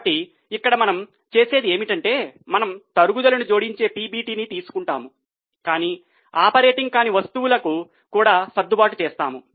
కాబట్టి ఇక్కడ మనం చేసేది ఏమిటంటే మనము తరుగుదలని జోడించే పిబిటిని తీసుకుంటాము కాని ఆపరేటింగ్ కాని వస్తువులకు కూడా సర్దుబాటు చేస్తాము